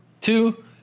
two